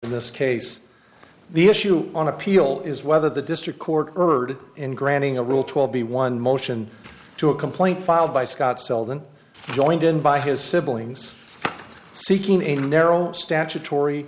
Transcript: in this case the issue on appeal is whether the district court heard in granting a rule twelve b one motion to a complaint filed by scott seldon joined in by his siblings seeking a narrow statutory